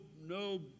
no